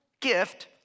gift